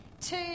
two